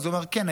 אז הוא אמר: כן,